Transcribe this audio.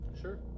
Sure